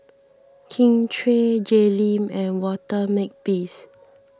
Kin Chui Jay Lim and Walter Makepeace